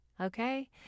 okay